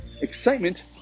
excitement